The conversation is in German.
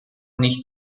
nicht